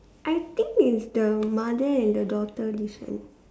I think it's the mother and the daughter different